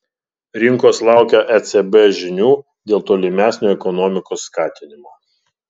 rinkos laukia ecb žinių dėl tolimesnio ekonomikos skatinimo